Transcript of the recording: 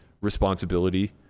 responsibility